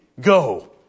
Go